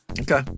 Okay